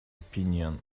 opinion